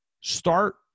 start